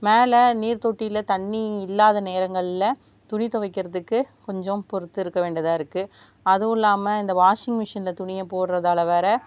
மேலே நீர் தொட்டியில் தண்ணிர் இல்லாத நேரங்களில் துணி துவைக்கிறதுக்கு கொஞ்சம் பொறுத்து இருக்க வேண்டியதாக இருக்கு அதுவும் இல்லாமல் இந்த வாஷிங்மிஷினில் துணியை போடுறதால வேற